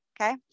Okay